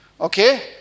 Okay